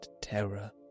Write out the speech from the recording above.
terror